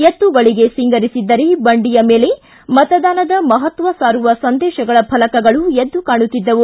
ಎತ್ತುಗಳಿಗೆ ಸಿಂಗರಿಸಿದ್ದರೆ ಬಂಡಿಯ ಮೇಲೆ ಮತದಾನದ ಮಹತ್ವ ಸಾರುವ ಸಂದೇಶಗಳ ಫಲಕಗಳು ಎದ್ದು ಕಾಣುತ್ತಿದ್ದವು